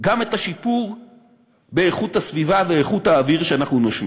גם את השיפור באיכות הסביבה ואיכות האוויר שאנחנו נושמים.